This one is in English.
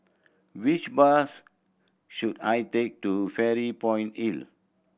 which bus should I take to Fairy Point Hill